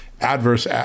adverse